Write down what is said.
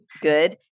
good